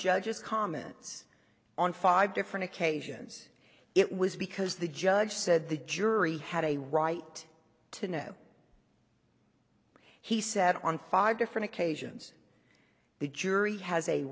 judge's comments on five different occasions it was because the judge said the jury had a right to know he said on five different occasions the jury has a